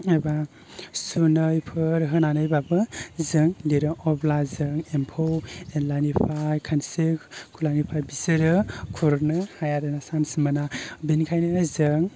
एबा सुनैफोर होनानैबाबो जों लिरो अब्ला जों एम्फौ एनलानिफ्राय खानस्रि खुनलानिफ्राय बिसोरो खुरनो हाया आरो ना सान्स मोना बेनिखायनो जों